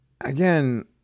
again